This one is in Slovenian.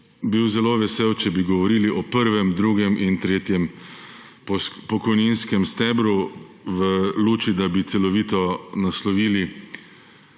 bil zelo vesel, če bi govorili o prvem, drugem in tretjem pokojninskem stebru v luči, da bi celovito naslovili